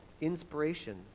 inspiration